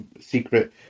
secret